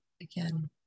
again